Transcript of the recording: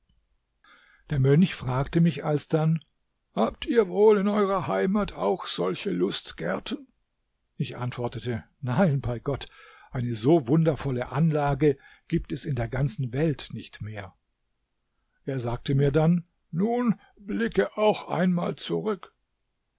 der mönch fragte mich alsdann habt ihr wohl in eurer heimat auch solche lustgärten ich antwortete nein bei gott eine so wundervolle anlage gibt es in der ganzen welt nicht mehr er sagte mir dann nun blicke auch einmal zurück